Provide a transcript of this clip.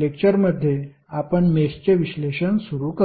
लेक्टरमध्ये आपण मेषचे विश्लेषण सुरु करू